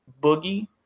Boogie